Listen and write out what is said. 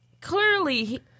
clearly